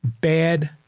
bad